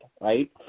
right